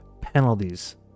penalties